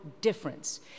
difference